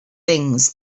things